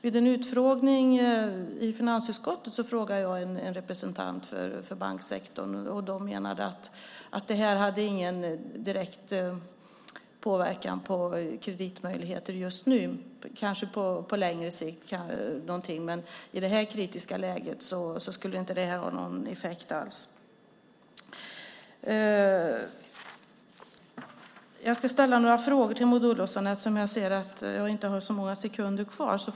Vid en utfrågning i finansutskottet ställde jag en fråga om det till en representant för banksektorn som menade att det inte har någon direkt påverkan på kreditmöjligheter just nu, kanske något på längre sikt men i det här kritiska läget skulle det inte ha någon effekt alls. Jag ska ställa några frågor till Maud Olofsson eftersom jag ser att jag inte har så många sekunder på mig.